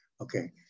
Okay